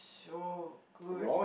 so good